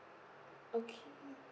okay